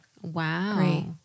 Wow